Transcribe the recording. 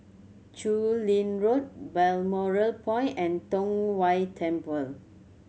Chu Lin Road Balmoral Point and Tong Whye Temple